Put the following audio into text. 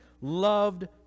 loved